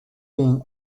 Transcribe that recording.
being